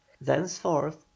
thenceforth